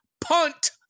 punt